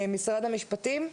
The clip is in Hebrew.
משרד המשפטים,